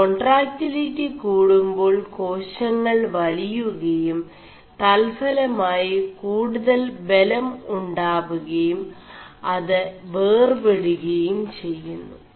േകാൺ4ടാക്ിലിി കൂടുേ2ാൾ േകാശÆൾ വലിയുകയും തൽഫലമായി കൂടുതൽ ബലം ഉാവുകയും അത് േവർെപടുകയും െചgMു